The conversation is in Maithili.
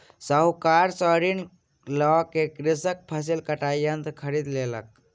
साहूकार से ऋण लय क कृषक फसिल कटाई यंत्र खरीद लेलक